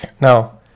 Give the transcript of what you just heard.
Now